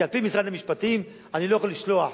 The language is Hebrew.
כי על-פי משרד המשפטים אני לא יכול לשלוח,